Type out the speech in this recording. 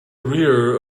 rear